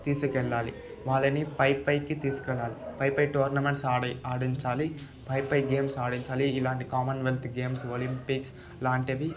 తీసుకెళ్ళాలి వాళ్ళని పైపైకి తీసుకెళ్ళాలి పైపై టౌర్నమెంట్స్ ఆడి ఆడించాలి పై పై గేమ్స్ ఆడించాలి కామన్ వెల్త్ గేమ్స్ ఒలంపిక్స్ ఇలాంటివి